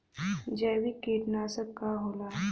जैविक कीटनाशक का होला?